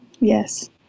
Yes